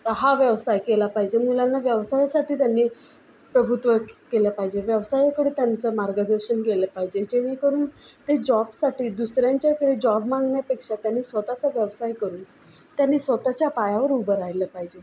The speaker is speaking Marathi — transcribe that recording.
हा व्यवसाय केला पाहिजे मुलांना व्यवसायासाठी त्यांनी प्रभुत्व के केलं पाहिजे व्यवसायाकडे त्यांचं मार्गदर्शन गेलं पाहिजे जेणेकरून ते जॉबसाठी दुसऱ्यांच्याकडे जॉब मागण्यापेक्षा त्यांनी स्वतःचा व्यवसाय करून त्यांनी स्वतःच्या पायावर उभं राह्यलं पाहिजे